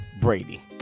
Brady